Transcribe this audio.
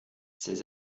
ses